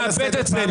אתה מאבד את זה.